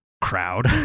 Crowd